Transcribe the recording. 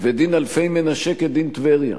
ודין אלפי-מנשה כדין טבריה.